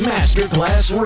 Masterclass